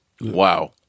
Wow